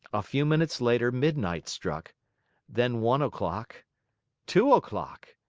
a few minutes later midnight struck then one o'clock two o'clock.